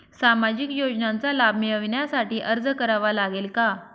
सामाजिक योजनांचा लाभ मिळविण्यासाठी अर्ज करावा लागेल का?